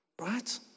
right